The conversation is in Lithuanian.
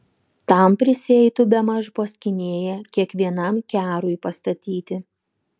tam prisieitų bemaž po skynėją kiekvienam kerui pastatyti